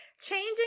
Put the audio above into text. Changing